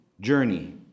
journey